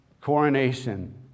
coronation